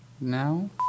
now